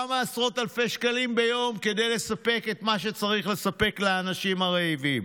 כמה עשרות אלפי שקלים ביום כדי לספק את מה שצריך לספק לאנשים הרעבים.